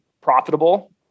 profitable